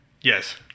Yes